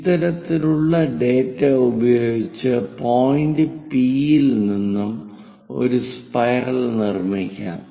ഇത്തരത്തിലുള്ള ഡാറ്റ ഉപയോഗിച്ച് point P ഇൽ നിന്നും ഒരു സ്പൈറൽ നിർമ്മിക്കാം